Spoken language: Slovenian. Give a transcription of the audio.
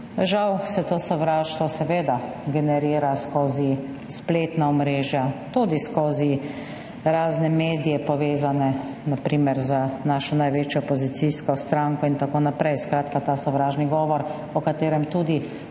Žal se to sovraštvo seveda generira skozi spletna omrežja, tudi skozi razne medije, povezane na primer z našo največjo opozicijsko stranko itn., skratka, ta sovražni govor, o katerem tudi